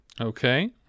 Okay